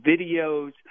videos